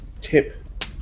tip